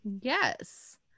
Yes